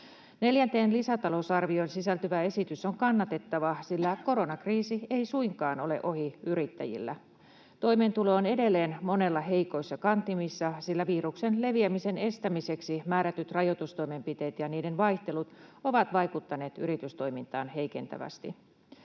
Neljänteen lisätalousarvioon sisältyvä esitys on kannatettava, sillä koronakriisi ei suinkaan ole ohi yrittäjillä. Toimeentulo on edelleen monella heikoissa kantimissa, sillä viruksen leviämisen estämiseksi määrätyt rajoitustoimenpiteet ja niiden vaihtelut ovat vaikuttaneet yritystoimintaan heikentävästi.